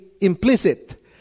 implicit